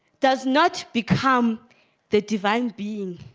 does not become the divine being